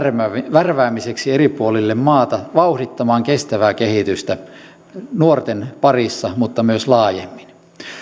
värväämiseksi eri puolille maata vauhdittamaan kestävää kehitystä nuorten parissa mutta myös laajemmin